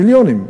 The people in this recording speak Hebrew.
מיליונים.